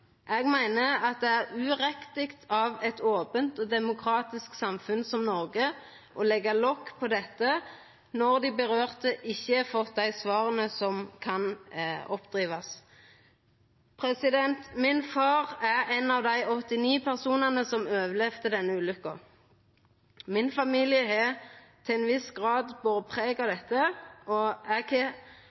Eg meiner at det ikkje er riktig av eit opent, demokratisk samfunn som Noreg å leggja lokk på dette, når dei det rører ved, ikkje har fått dei svara som kan oppdrivast. Far min er ein av dei 89 personane som overlevde denne ulykka. Familien min har til ein viss grad bore preg av dette, og eg